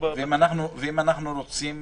ואם אנחנו רוצים